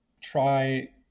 try